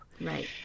Right